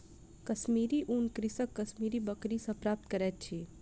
कश्मीरी ऊन कृषक कश्मीरी बकरी सॅ प्राप्त करैत अछि